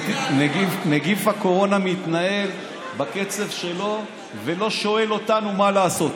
נגיף הקורונה מתנהל בקצב שלו ולא שואל אותנו מה לעשות.